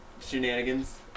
shenanigans